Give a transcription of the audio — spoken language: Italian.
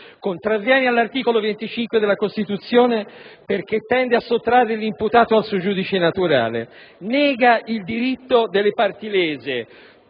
contravviene all'articolo 25 della Costituzione, perché tende a sottrarre l'imputato al suo giudice naturale; nega il diritto delle parti lese.